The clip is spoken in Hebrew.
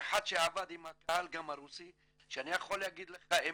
כאחד שעבד עם הקהל גם הרוסי אני יכול להגיד לך אמת,